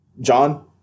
John